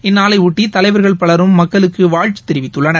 இந்நாளையொட்டிதலைவர்கள் பலரும் மக்களுக்குவாழ்த்துதெரிவித்துள்ளனர்